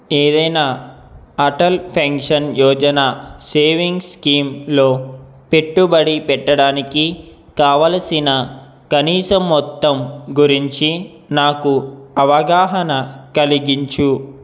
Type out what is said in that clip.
ఏదైనా Atal pension Yojana savings స్కీమ్లో పెట్టుబడి పెట్టడానికి కావలసిన కనీసం మొత్తం గురించి నాకు అవగాహన కలిగించు